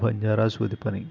బంజారా సూది పని